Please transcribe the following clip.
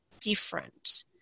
different